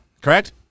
Correct